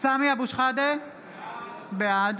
סמי אבו שחאדה, בעד